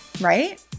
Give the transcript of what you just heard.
Right